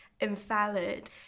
invalid